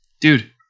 dude